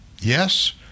Yes